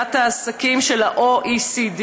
עשיית העסקים של ה-OECD.